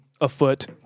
afoot